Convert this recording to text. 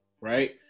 right